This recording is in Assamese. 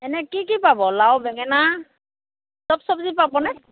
এনেই কি কি পাব লাও বেঙেনা সব চব্জি পাবনে